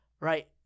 right